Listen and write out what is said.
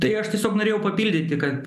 tai aš tiesiog norėjau papildyti kad